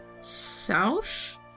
south